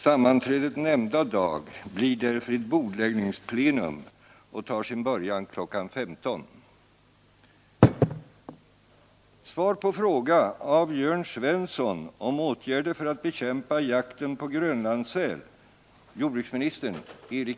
Sammanträdet nämnda dag blir därför ett bordläggningsplögam och tar sin början kl. 15.00. c